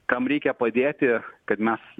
kam reikia padėti kad mes